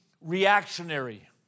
reactionary